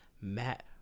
Matt